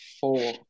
four